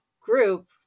group